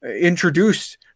introduced